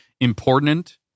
important